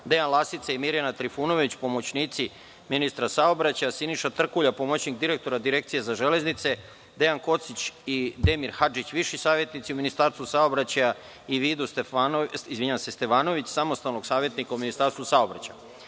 Dejan Lasica i Mirjana Trifunović, pomoćnici ministra saobraćaja, Siniša Trkulja, pomoćnik direktora Direkcije za železnice, Dejan Kocić i Demir Hadžić, viši savetnici u Ministarstvu saobraćaja i Vidu Stevanović, samostalnog savetnika u Ministarstvu